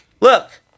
Look